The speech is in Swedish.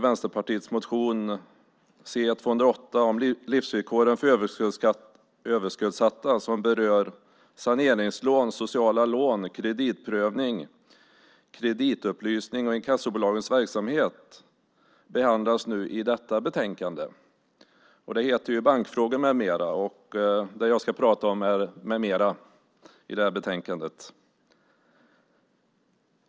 Vänsterpartiets yrkanden i motion C208, Livsvillkoren för överskuldsatta , som berör saneringslån, sociala lån, kreditprövning, kreditupplysning och inkassobolagens verksamhet behandlas i dagens betänkande som heter Bankfrågor m.m. Det jag ska prata om är "med mera" i betänkandet.